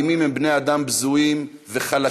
האלימים הם בני אדם בזויים וחלשים,